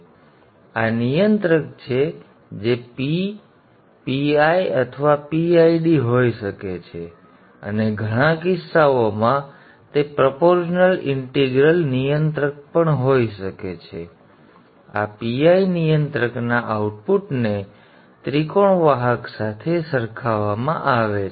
હવે આ નિયંત્રક છે જે P PI અથવા PID હોઈ શકે છે અને ઘણા કિસ્સાઓમાં તે પ્રોપોર્શનલ ઇંટીગ્રલ નિયંત્રક હોઈ શકે છે અને આ PI નિયંત્રકના આઉટપુટને ત્રિકોણ વાહક સાથે સરખાવવામાં આવે છે